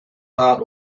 heart